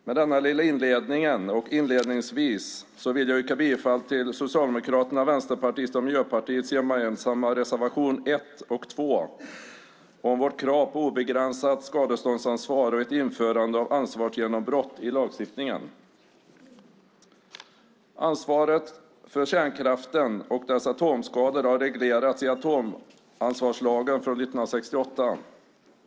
Med denna lilla inledning yrkar jag bifall till Socialdemokraternas, Vänsterpartiets och Miljöpartiets gemensamma reservationer 1 och 2 om vårt krav på obegränsat skadeståndsansvar och ett införande av ansvarsgenombrott i lagstiftningen. Ansvaret för kärnkraften och dess atomskador har reglerats i atomansvarslagen från 1968.